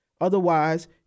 Otherwise